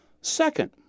Second